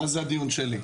מה זה הדיון שלי.